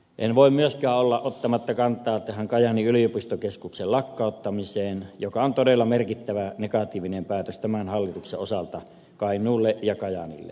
en voi myöskään olla ottamatta kantaa kajaanin yliopistokeskuksen lakkauttamiseen joka on todella merkittävä negatiivinen päätös tämän hallituksen osalta kainuulle ja kajaanille